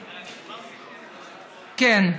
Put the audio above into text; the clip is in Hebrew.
כן,